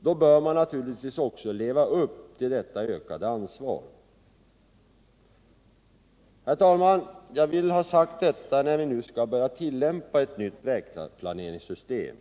Då bör de naturligtvis också leva upp till detta ökade ansvar. Jag vill ha sagt detta när vi nu skall börja tillämpa ett nytt vägplaneringssystem.